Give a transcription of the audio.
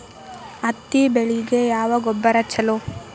ಹತ್ತಿ ಬೆಳಿಗ ಯಾವ ಗೊಬ್ಬರ ಛಲೋ?